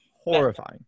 Horrifying